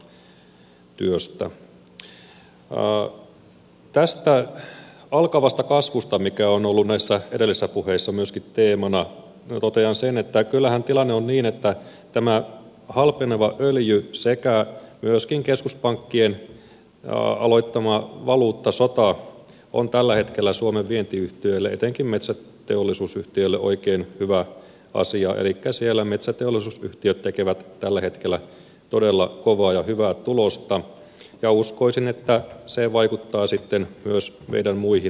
tästä alkavasta kasvusta mikä on ollut näissä edellisissä puheissa myöskin teemana totean sen että kyllähän tilanne on niin että tämä halpeneva öljy sekä myöskin keskuspankkien aloittama valuuttasota on tällä hetkellä suomen vientiyhtiöille etenkin metsäteollisuusyhtiöille oikein hyvä asia elikkä siellä metsäteollisuusyhtiöt tekevät tällä hetkellä todella kovaa ja hyvää tulosta ja uskoisin että se vaikuttaa sitten myös meidän muihinkin teollisuudenaloihin